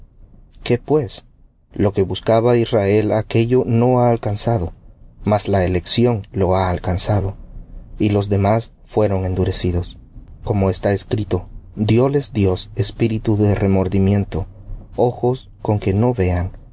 qué pues lo que buscaba israel aquello no ha alcanzado mas la elección lo ha alcanzado y los demás fueron endurecidos como está escrito dióles dios espíritu de remordimiento ojos con que no vean